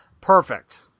Perfect